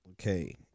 Okay